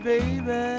Baby